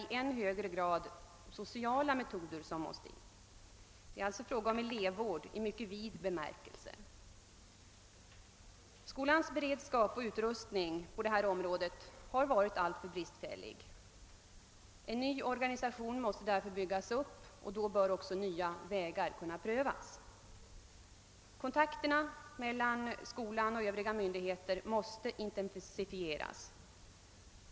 I än högre grad måste sociala metoder tillgripas. Det är alltså fråga om elevvård i mycket vid bemärkelse. Skolans beredskap och utrustning på detta område är alltför bristfällig. En ny organisation måste därför byggas upp, och då bör nya vägar kunna prövas. Kontakterna mellan skolan och övriga myndigheter måste intensifieras.